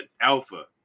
alpha